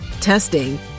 testing